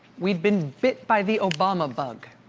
we'd been bit by the obama bug.